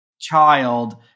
Child